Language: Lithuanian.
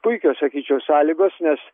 puikios sakyčiau sąlygos nes